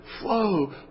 flow